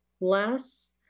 less